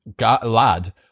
lad